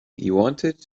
wanted